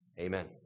Amen